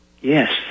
Yes